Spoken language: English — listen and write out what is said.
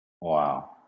Wow